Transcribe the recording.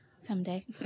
someday